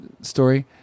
story